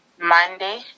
Monday